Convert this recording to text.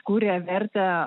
kuria vertę